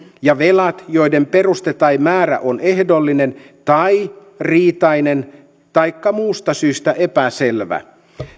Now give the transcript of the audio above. ja velat joiden peruste tai määrä on ehdollinen tai riitainen taikka muusta syystä epäselvä